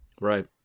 Right